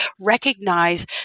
Recognize